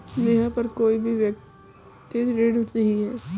नेहा पर कोई भी व्यक्तिक ऋण नहीं है